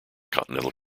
continental